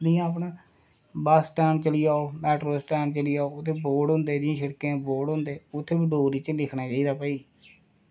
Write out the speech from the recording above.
जि'यां अपना bus stand चली जाओ मेटाडोर स्टैंड ते उत्थै बोर्ड होंदे शिड़कें बोर्ड होंदे उत्थै बी डोगरी च लिखना चाहिदा कि भई